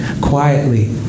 quietly